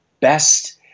best